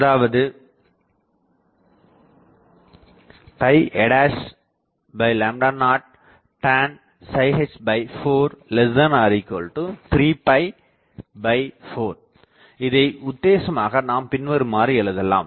அதாவது a0tan h434 இதை உத்தேசமாக நாம் பின்வருமாறுஎழுதலாம்